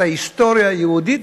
את ההיסטוריה היהודית,